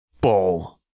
Ball